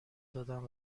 دادن